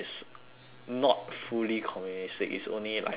not fully communistic it's only like borrowing